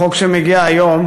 החוק שמגיע היום,